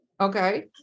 Okay